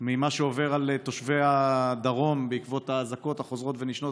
ממה שעובר על תושבי הדרום בעקבות האזעקות החוזרות ונשנות,